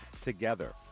together